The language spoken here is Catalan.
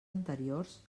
anteriors